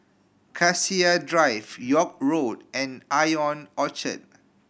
Cassia Drive York Road and Ion Orchard